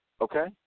okay